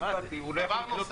דבר נוסף,